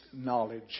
knowledge